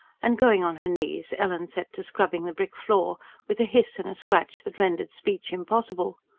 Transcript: and going on her knees, ellen set to scrubbing the brick floor with a hiss and a scratch that rendered speech impossible.